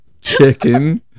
chicken